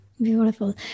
Beautiful